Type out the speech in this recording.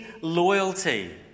loyalty